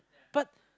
but